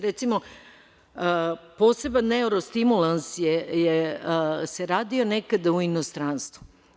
Recimo, poseban neuro stimulans se radio nekada u inostranstvu.